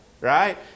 right